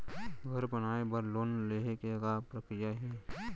घर बनाये बर लोन लेहे के का प्रक्रिया हे?